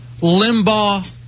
Limbaugh